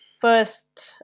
First